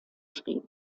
schrieb